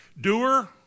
doer